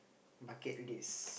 bucket list